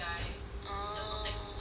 orh